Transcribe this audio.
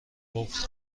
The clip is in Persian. قفل